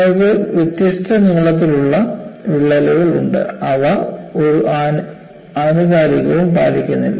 നിങ്ങൾക്ക് വ്യത്യസ്ത നീളത്തിലുള്ള വിള്ളലുകൾ ഉണ്ട് അവ ഒരു ആനുകാലികവും പാലിക്കുന്നില്ല